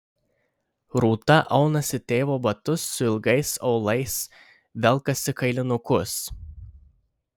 rūta aunasi tėvo batus su ilgais aulais velkasi kailinukus